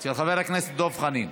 של חבר הכנסת דב חנין.